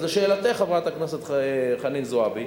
לשאלתך, חברת הכנסת חנין זועבי,